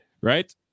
right